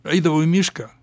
eidavau į mišką